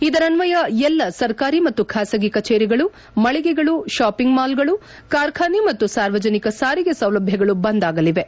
ಇದರನ್ವಯ ಎಲ್ಲಾ ಸರ್ಕಾರಿ ಮತ್ತು ಖಾಸಗಿ ಕಚೇರಿಗಳು ಮಳಿಗೆಗಳು ಶಾಪಿಂಗ್ ಮಾಲ್ಗಳು ಕಾರ್ಖಾನೆ ಮತ್ತು ಸಾರ್ವಜನಿಕ ಸಾರಿಗೆ ಸೌಲಭ್ಯಗಳು ಬಂದ್ ಆಗಲಿವೆ